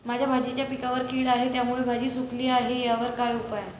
माझ्या भाजीच्या पिकावर कीड आहे त्यामुळे भाजी सुकली आहे यावर काय उपाय?